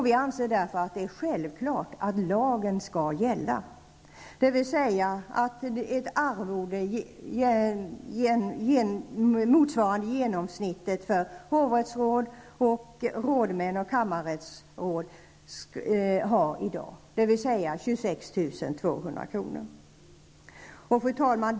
Vi anser det därför självklart att lagen skall gälla och att ett arvode motsvarande vad hovrättsråd, rådmän och kammarrättsråd genomsnittligt har i dag skall utgå, dvs. 26 200 kr. Fru talman!